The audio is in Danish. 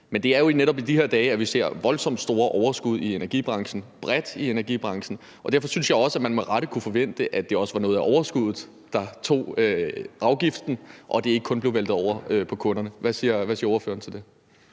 Men det er jo netop i de her dage, at vi ser voldsomt store overskud i energibranchen, bredt i energibranchen, og derfor synes jeg også, man med rette kunne forvente, at det også var noget af overskuddet, der tog afgiften, og at det ikke kun blev væltet over på kunderne. Hvad siger ordføreren til det?